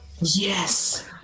Yes